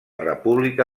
república